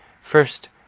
First